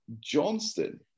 Johnston